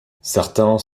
certains